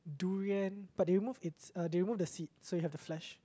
durian but they remove it's uh they remove the seed so you have the flesh